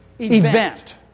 event